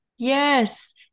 Yes